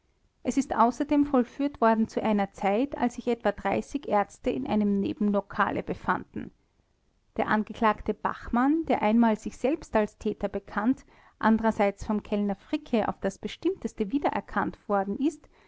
es ist außerdem vollführt worden zu einer zeit als sich etwa ärzte in einem nebenlokale befanden der angeklagte bachmann der einmal sich selbst als täter bekannt andererseits vom kellner fricke auf das bestimmteste wiedererkannt worden ist